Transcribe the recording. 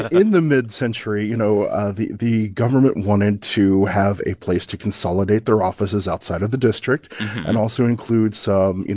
and in the midcentury, you know, the the government wanted to have a place to consolidate their offices outside of the district and also include some, you